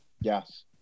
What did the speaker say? yes